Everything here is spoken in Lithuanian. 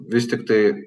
vis tiktai